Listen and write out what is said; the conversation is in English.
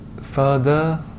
further